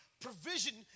provision